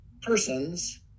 persons